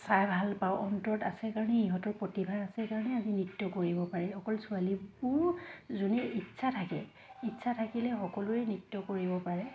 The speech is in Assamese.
চাই ভাল পাওঁ অন্তৰত আছে কাৰণে ইহঁতৰ প্ৰতিভা আছে কাৰণে আজি নৃত্য কৰিব পাৰে অকল ছোৱালীবোৰ যোনে ইচ্ছা থাকে ইচ্ছা থাকিলে সকলোৱে নৃত্য কৰিব পাৰে